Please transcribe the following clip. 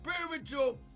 spiritual